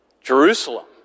Jerusalem